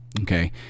okay